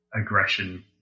aggression